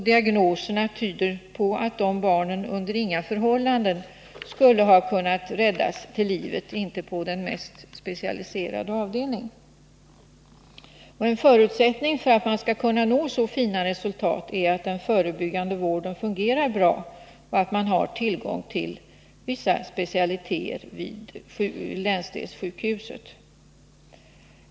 Diagnoserna tyder på att de barnen under inga förhållanden skulle ha kunnat räddas till livet ens på den mest specialiserade avdelning. En förutsättning för att man skall kunna nå så fina resultat är att den förebyggande vården fungerar bra, att man har tillgång till vissa specialiteter vid länsdelssjukhusen.